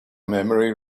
memory